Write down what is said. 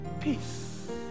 Peace